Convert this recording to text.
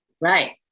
right